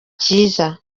cyiza